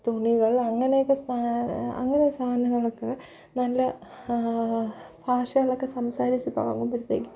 തുണികൾ അങ്ങനെയൊക്കെ സ്ഥാ അങ്ങനെയൊരു സാധനങ്ങളൊക്കെ നല്ല ഭാഷകളൊക്കെ സംസാരിച്ച് തുടങ്ങുമ്പോഴത്തേക്കും